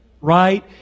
Right